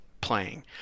playing